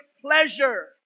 pleasure